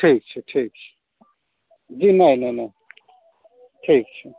ठीक छै ठीक छै जी नहि नहि नहि ठीक छै